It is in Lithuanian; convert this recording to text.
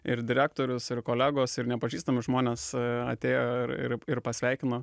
ir direktorius ir kolegos ir nepažįstami žmonės atėjo ir ir ir pasveikino